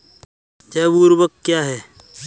जैव ऊर्वक क्या है?